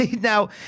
now